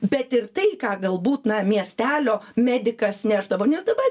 bet ir tai ką galbūt na miestelio medikas nešdavo nes dabar